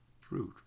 fruit